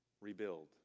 rebuild